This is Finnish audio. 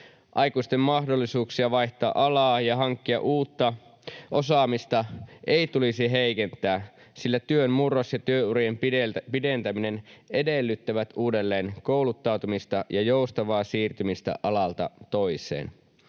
Aikuisten mahdollisuuksia vaihtaa alaa ja hankkia uutta osaamista ei tulisi heikentää, sillä työn murros ja työurien pidentäminen edellyttävät uudelleen kouluttautumista ja joustavaa siirtymistä alalta toiselle.